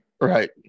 right